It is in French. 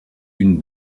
une